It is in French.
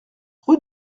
rue